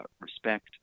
respect